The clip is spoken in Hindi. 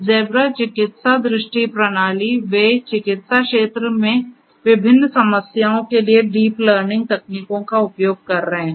ज़ेबरा चिकित्सा दृष्टि प्रणाली वे चिकित्सा क्षेत्र में विभिन्न समस्याओं के लिए डीप लर्निंग तकनीकों का उपयोग कर रहे हैं